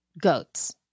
goats